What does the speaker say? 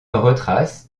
retrace